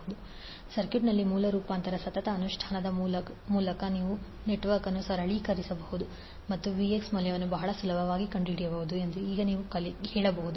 519∠ 28°V ಸರ್ಕ್ಯೂಟ್ನಲ್ಲಿ ಮೂಲ ರೂಪಾಂತರದ ಸತತ ಅನುಷ್ಠಾನದ ಮೂಲಕ ನೀವು ನೆಟ್ವರ್ಕ್ ಅನ್ನು ಸರಳೀಕರಿಸಬಹುದು ಮತ್ತು Vx ಮೌಲ್ಯವನ್ನು ಬಹಳ ಸುಲಭವಾಗಿ ಕಂಡುಹಿಡಿಯಬಹುದು ಎಂದು ಈಗ ನೀವು ಹೇಳಬಹುದು